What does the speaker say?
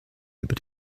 über